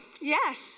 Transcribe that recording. yes